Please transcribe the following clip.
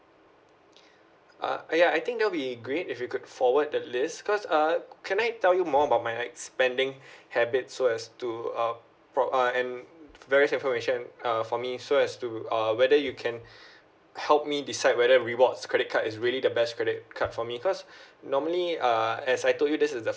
uh ya I think that'll be great if you could forward the list cause uh can I tell you more about my act spending habits so as to uh pro~ um and very information uh for me so as to uh whether you can help me decide whether rewards credit card is really the best credit card for me cause normally uh as I told you this is the